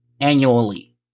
annually